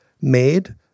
made